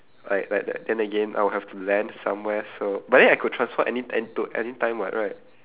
like like t~ then again I would have to land somewhere so but then I could transform any an~ to anytime [what] right